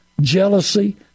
jealousy